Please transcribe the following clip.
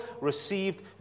received